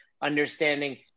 understanding